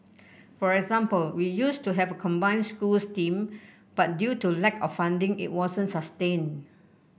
for example we used to have a combined schools team but due to lack of funding it wasn't sustained